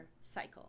cycle